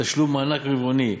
תשלום מענק רבעוני,